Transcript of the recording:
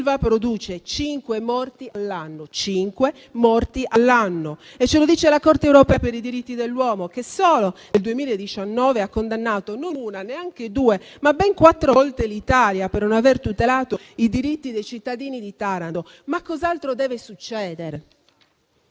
produce cinque morti all'anno; lo sottolineo: cinque morti all'anno. Ce lo dice la Corte europea per i diritti dell'uomo, che solo nel 2019 ha condannato non una, neanche due, ma ben quattro volte l'Italia per non aver tutelato i diritti dei cittadini di Taranto. Cos'altro deve succedere?